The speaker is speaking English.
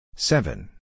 Seven